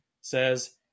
says